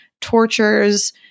tortures